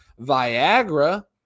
Viagra